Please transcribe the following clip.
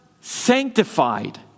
sanctified